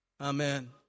Amen